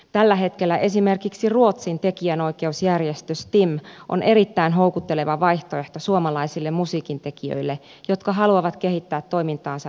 tällä hetkellä esimerkiksi ruotsin tekijänoikeusjärjestö stim on erittäin houkutteleva vaihtoehto suomalaisille musiikintekijöille jotka haluavat kehittää toimintaansa yritysmuotoisena